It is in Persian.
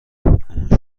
اون